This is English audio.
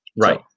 Right